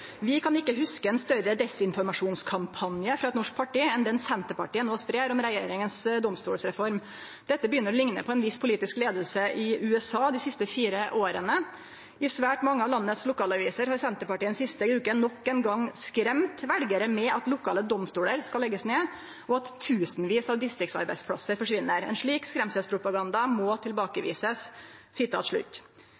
kan ikke huske en større desinformasjonskampanje fra et norsk parti enn den Senterpartiet nå sprer om regjeringens domstolsreform. Dette begynner å ligne på en viss politisk ledelse i USA de siste fire årene. I svært mange av landets lokalaviser har Senterpartiet den siste uken nok en gang skremt velgerne med at lokale domstoler skal legges ned og at «tusenvis» av distriktsarbeidsplasser forsvinner. En slik skremselspropaganda må